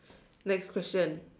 next question